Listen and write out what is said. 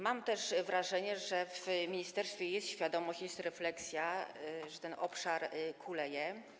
Mam też wrażenie, że w ministerstwie jest świadomość, jest refleksja, że ten obszar kuleje.